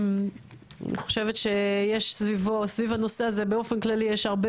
אני חושבת שיש סביב הנושא הזה באופן כללי יש הרבה